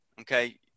okay